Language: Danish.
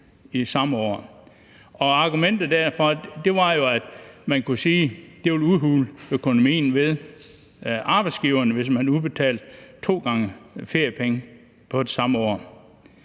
samme år. Argumentet for det var jo, at det ville udhule økonomien ved arbejdsgiveren, hvis de skulle udbetale to gange feriepenge i det samme år.